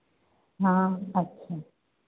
हा अच्छा